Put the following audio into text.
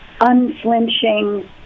unflinching